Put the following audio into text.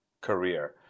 career